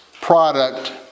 product